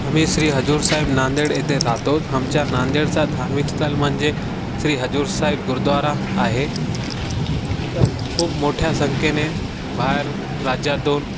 आम्ही श्री हजूरसाहेब नांदेड येथे राहतो आमच्या नांदेडचा धार्मिकस्थळ म्हणजे श्री हजूरसाहेब गुरद्वारा आहे इथं खूप मोठ्या संख्येने बाहेर राज्यातून